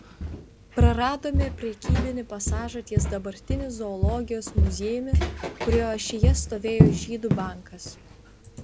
praradome prekybinį pasažą ties dabartiniu zoologijos muziejumi kurio ašyje stovėjo žydų bankas